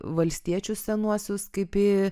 valstiečius senuosius kaip į